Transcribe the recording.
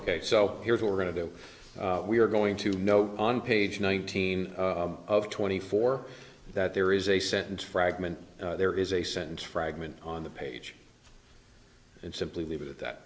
ok so here's what we're going to do we are going to know on page nineteen of twenty four that there is a sentence fragment there is a sentence fragment on the page and simply leave it at that